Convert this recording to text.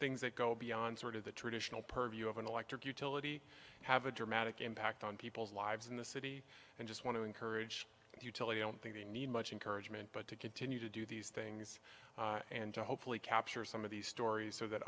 things that go beyond sort of the traditional purview of an electric utility have a dramatic impact on people's lives in the city and just want to encourage you to leave don't think they need much encouragement but to continue to do these things and to hopefully capture some of these stories so that